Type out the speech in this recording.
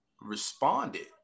responded